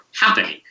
happening